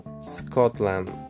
Scotland